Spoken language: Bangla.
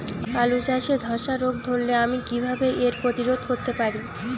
আলু চাষে ধসা রোগ ধরলে আমি কীভাবে এর প্রতিরোধ করতে পারি?